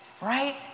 right